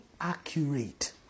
accurate